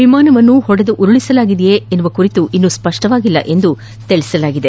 ವಿಮಾನವನ್ನು ಹೊಡೆದು ಉರುಳಿಸಲಾಗಿದೆಯೇ ಎಂಬ ಕುರಿತು ಇನ್ನೂ ಸ್ಪಷ್ಟವಾಗಿಲ್ಲ ಎಂದು ಸೇನೆ ತಿಳಿಸಿದೆ